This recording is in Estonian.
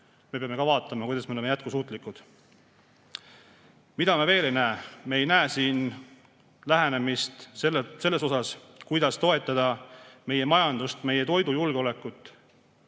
ka peame vaatama, kuidas me oleksime jätkusuutlikud. Mida me veel ei näe? Me ei näe siin seda, kuidas toetada meie majandust, meie toidujulgeolekut.